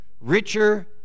richer